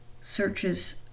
searches